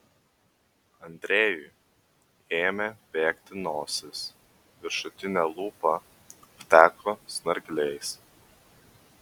andrejui ėmė bėgti nosis viršutinė lūpa apteko snargliais